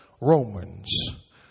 Romans